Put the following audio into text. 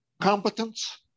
competence